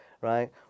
right